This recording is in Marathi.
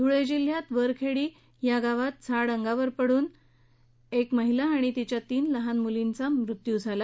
धुळे जिल्ह्यात वरखेडी या गावात झाड अंगावर पडून एक महिला आणि तिच्या तीन लहान मुलींचा मृत्यू झाला